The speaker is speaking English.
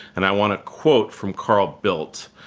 and i want to quote from carl bildt,